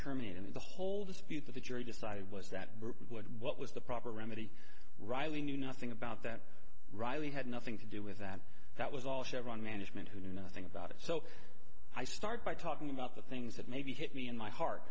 in the whole dispute the jury decided was that what was the proper remedy riley knew nothing about that riley had nothing to do with that that was all chevron management who knew nothing about it so i start by talking about the things that maybe hit me in my heart